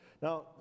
Now